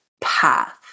path